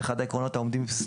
אחד העקרונות העומדים בבסיסו,